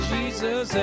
Jesus